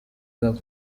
gabon